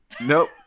Nope